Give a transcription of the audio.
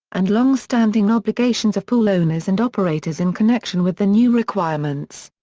and longstanding obligations of pool owners and operators in connection with the new requirements.